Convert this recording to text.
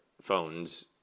phones